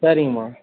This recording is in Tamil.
சரிங்கம்மா